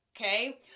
Okay